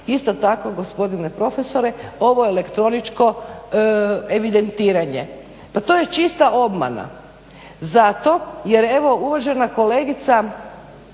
isto tako gospodine profesore ovo elektroničko evidentiranje. Pa to je čista obmana zato jer evo uvažena kolegica